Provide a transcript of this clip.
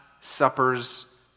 suppers